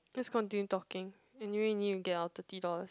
just continue talking anyway we need to get our thirty dollars